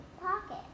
pocket